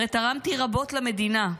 הרי תרמתי רבות למדינה,